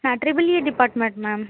நான் triple E department ma'am